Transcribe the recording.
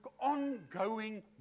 ongoing